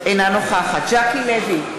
אינה נוכחת ז'קי לוי,